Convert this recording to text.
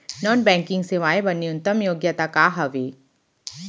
Non banking सेवाएं बर न्यूनतम योग्यता का हावे?